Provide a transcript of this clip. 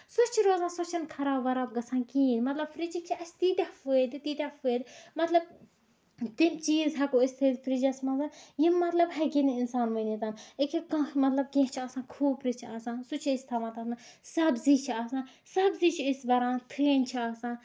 سۄ چھِ روزان سۄ چھےٚ نہٕ خراب وَراب گژھان کِہیٖنۍ مطلب فرجِک چھِ اَسہِ تیٖتیٚہ فٲیدٕ تیٖتیٚہ فٲیدٕ مطلب تِم چیٖز ہیٚکو أسۍ تھٲیِتھ فرجَس منٛز یِم مطلب ہیٚکہِ نہٕ اِنسان ؤنِتھ أکیاہ کانٛہہ کینٛہہ چھُ آسان کھوٗپرٕ چھُ آسان سُہ چھِ أسۍ تھاوان تَتھ منٛز سَبزی چھِ آسان سِبزی چھِ أسۍ بَران فِرِنۍ چھِ آسان